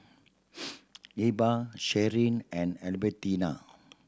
Ebba Sherie and Albertina